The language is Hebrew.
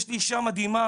יש לי אישה מדהימה